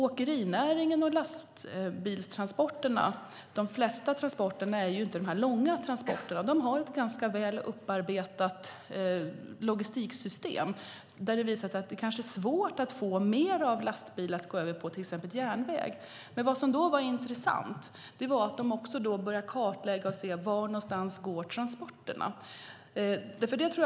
Åkerinäringen och lastbilstransporterna - de flesta transporter är inte långa transporter - har ett ganska väl upparbetat logistiksystem, och det har visat sig att det kanske är svårt att få mer av det som går med lastbil att gå på järnväg. Vad som då är intressant är att de började kartlägga transporterna för att se var de går.